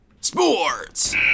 Sports